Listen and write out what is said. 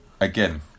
again